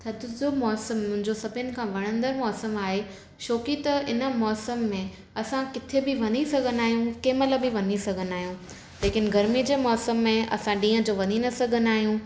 थधि जो मौसमु मुंहिंजो सभिनि खां वणंदड़ मौसमु आहे छो की त इन मौसम में असां किथे बि वञी सघंदा आहियूं कंहिं महिल बि वञी सघंदा आहियूं लेकिन गरमी जे मौसम में असां ॾींहुं जो वञी न सघंदा आहियूं